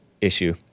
issue